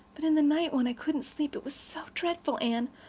but in the night, when i couldn't sleep it was so dreadful, anne.